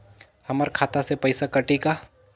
हमर खाता से पइसा कठी का?